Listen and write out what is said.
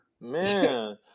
man